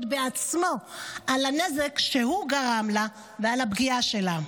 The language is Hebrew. בעצמו על הנזק שהוא גרם לה ועל הפגיעה שלה.